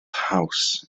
house